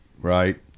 right